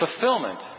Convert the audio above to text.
fulfillment